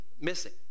missing